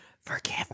forgive